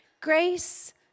Grace